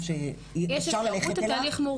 כלכלית.